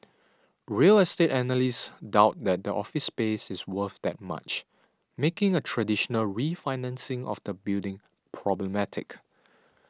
real estate analysts doubt that the office space is worth that much making a traditional refinancing of the building problematic